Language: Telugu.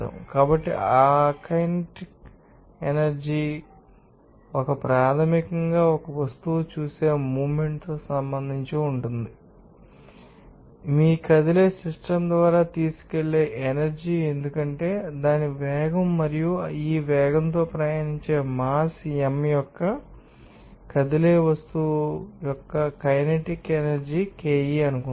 కాబట్టి ఆకైనెటిక్ ఎనర్జీ ఏమిటి ఇది ప్రాథమికంగా ఒక వస్తువు చూసే మూవ్మెంట్ తో అనుబంధించబడుతుంది మరియు ఇది మీ కదిలే సిస్టమ్ ద్వారా తీసుకువెళ్ళే ఎనర్జీ ఎందుకంటే దాని వేగం మరియు ఈ వేగంతో ప్రయాణించే మాస్ m యొక్క కదిలే వస్తువు యొక్కకైనెటిక్ ఎనర్జీ KE అనుకుందాం